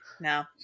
No